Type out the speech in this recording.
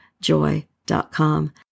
joy.com